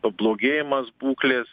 pablogėjimas būklės